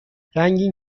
رنگین